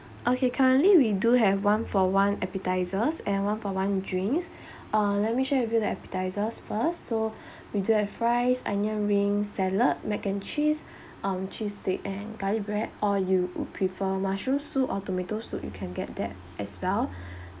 okay currently we do have one for one appetizers and one for one drinks uh let me share with you the appetizers first so we do have fries onion ring salad mac and cheese um cheese stick and garlic bread or you prefer mushroom soup or tomato soup you can get that as well